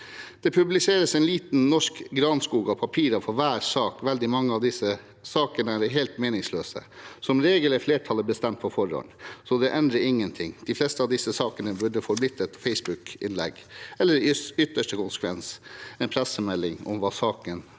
Det publiseres en liten granskog av papirer for hver sak (…)». Videre sier han: «Veldig mange av disse sakene er helt meningsløse. Som regel er flertallet bestemt på forhånd, så det endrer ingenting. De fleste av disse burde forblitt et Facebook-innlegg eller i ytterste konsekvens en pressemelding om hva partiet